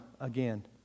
again